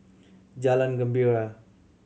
Jalan Gembira